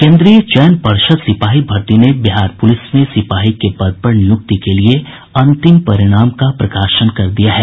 केन्द्रीय चयन पर्षद सिपाही भर्ती ने बिहार पुलिस में सिपाही के पद पर नियुक्ति के लिए अंतिम परिणाम का प्रकाशन कर दिया है